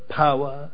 power